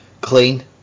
clean